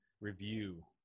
review